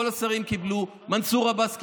כל השרים קיבלו, מנסור עבאס קיבל,